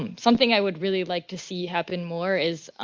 um something i would really like to see happen more is,